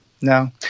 No